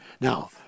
now